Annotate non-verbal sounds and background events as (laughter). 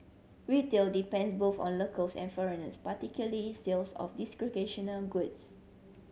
retail depends both on locals and foreigners particularly sales of d (unintelligible) goods